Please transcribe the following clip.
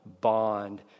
bond